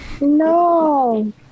No